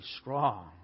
strong